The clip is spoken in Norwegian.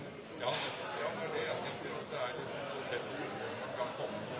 Ja, det er utrolig viktig